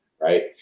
right